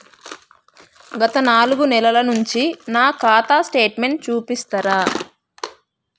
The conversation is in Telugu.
గత నాలుగు నెలల నుంచి నా ఖాతా స్టేట్మెంట్ చూపిస్తరా?